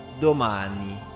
Domani